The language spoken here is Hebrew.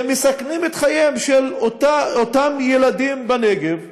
שמסכנים את חייהם של אותם ילדים בנגב,